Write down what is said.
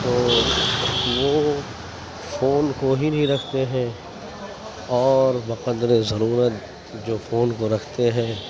تو وہ فون کو ہی نہیں رکھتے ہیں اور بقدر ضرورت جو فون کو رکھتے ہیں